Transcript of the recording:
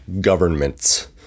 governments